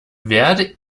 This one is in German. werde